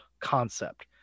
concept